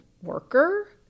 worker